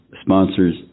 sponsors